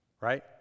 right